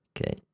Okay